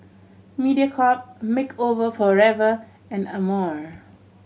Mediacorp Makeup Forever and Amore